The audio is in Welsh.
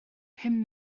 pum